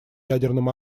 ядерным